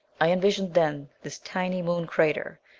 i envisioned then this tiny moon crater,